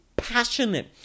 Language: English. passionate